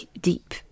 deep